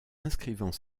inscrivant